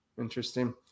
Interesting